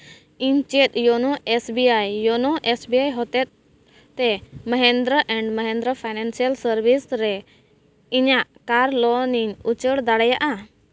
ᱤᱧ ᱪᱮᱫ YONO S B I YONO S B I ᱦᱚᱛᱮᱡ ᱛᱮ Mahindra and Mahindra financial service ᱨᱮ ᱤᱧᱟᱹᱜ ᱠᱟᱨ ᱞᱳᱱ ᱤᱧ ᱩᱪᱟᱹᱲ ᱫᱟᱲᱮᱭᱟᱜᱼᱟ